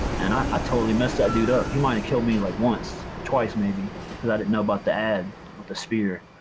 and i totally messed that dude up. he might have killed me like once, twice maybe cause i didn't know about the add with the spear.